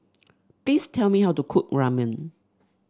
please tell me how to cook Ramen